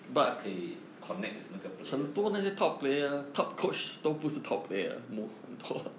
他可以 connect with 那个 players ah